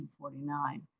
1949